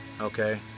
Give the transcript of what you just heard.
Okay